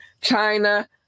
China